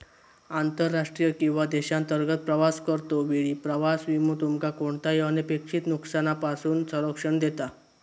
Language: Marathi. आंतरराष्ट्रीय किंवा देशांतर्गत प्रवास करतो वेळी प्रवास विमो तुमका कोणताही अनपेक्षित नुकसानापासून संरक्षण देता